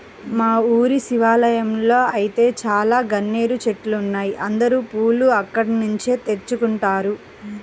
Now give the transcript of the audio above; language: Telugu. మా ఊరి శివాలయంలో ఐతే చాలా గన్నేరు చెట్లున్నాయ్, అందరూ పూలు అక్కడ్నుంచే తెచ్చుకుంటారు